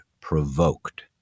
provoked